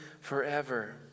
forever